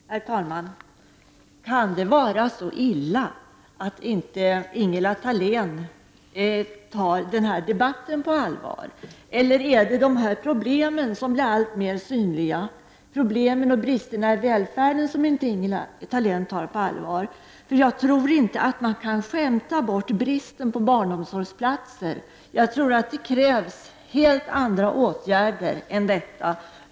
Herr talman! Kan det vara så illa att inte Ingela Thalén tar denna debatt på allvar? Eller är det dessa problem som blir alltmera synliga, problemen med bristerna i välfärden, som inte Ingela Thalén tar på allvar? Jag tycker inte att man kan skämta bort bristen på barnomsorgsplatser. Det krävs helt andra åtgärder.